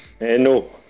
No